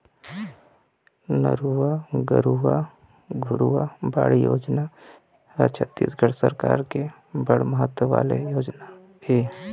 नरूवा, गरूवा, घुरूवा, बाड़ी योजना ह छत्तीसगढ़ सरकार के बड़ महत्ता वाले योजना ऐ